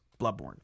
Bloodborne